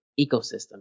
ecosystem